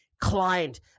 client